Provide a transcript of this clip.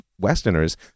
Westerners